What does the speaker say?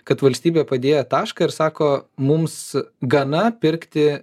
kad valstybė padėjo tašką ir sako mums gana pirkti